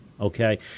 Okay